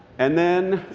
and then,